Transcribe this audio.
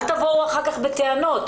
אל תבואו אחר כך בטענות.